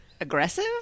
aggressive